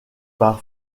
par